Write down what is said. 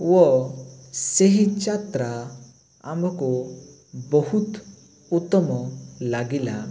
ଓ ସେହି ଯାତ୍ରା ଆମକୁ ବହୁତ ଉତ୍ତମ ଲାଗିଲା